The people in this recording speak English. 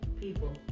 people